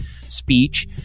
speech